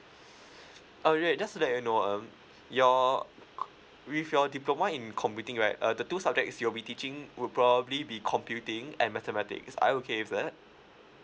oh alright just let you know um your with your diploma in computing right uh the two subjects you'll be teaching would probably be computing and mathematics are you okay with that